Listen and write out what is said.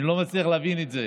אני לא מצליח להבין את זה.